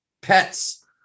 pets